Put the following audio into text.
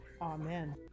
Amen